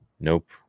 Nope